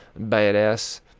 badass